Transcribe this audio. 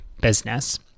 business